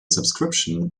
subscription